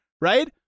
right